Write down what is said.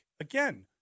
again